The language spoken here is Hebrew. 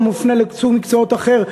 הוא מופנה לסוג מקצועות אחר,